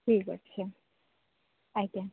ଠିକ୍ ଅଛି ଆଜ୍ଞା